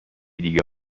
دیگه